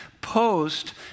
post